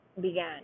Began